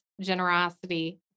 generosity